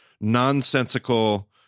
nonsensical